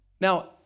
Now